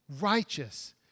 righteous